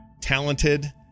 talented